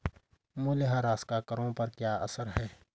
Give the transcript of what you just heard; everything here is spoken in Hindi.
मूल्यह्रास का करों पर क्या असर है?